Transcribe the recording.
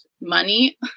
money